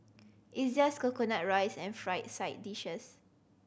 it's just coconut rice and fried side dishes